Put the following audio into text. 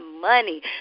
money